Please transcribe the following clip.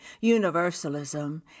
universalism